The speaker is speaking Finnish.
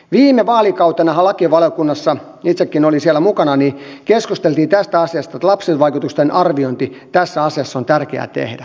viime vaalikautenahan lakivaliokunnassa itsekin olin siellä mukana keskusteltiin tästä asiasta että lapsivaikutusten arviointi tässä asiassa on tärkeää tehdä